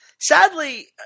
sadly